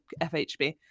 FHB